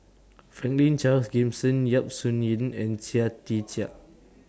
Franklin Charles Gimson Yap Su Yin and Chia Tee Chiak